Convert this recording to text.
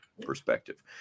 perspective